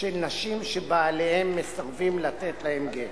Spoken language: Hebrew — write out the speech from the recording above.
של נשים שבעליהן מסרבים לתת להן גט.